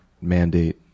mandate